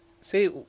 See